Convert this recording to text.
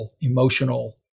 emotional